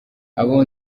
abo